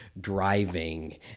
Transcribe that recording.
driving